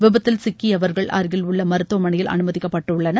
விபத்தில் சிக்கியவர்கள் அருகில் உள்ள மருத்துவமனையில் அனுமதிக்கப்பட்டுள்ளனர்